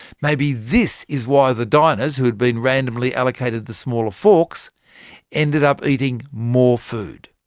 maybe this is why the diners who had been randomly allocated the smaller forks ended up eating more food.